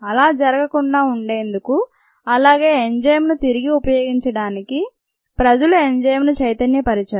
అలా జరగకుండా ఉండేందుకు అలాగే ఎంజైమ్ ను తిరిగి ఉపయోగించడానికి ప్రజలు ఎంజైమ్ ను చైతన్యపరచారు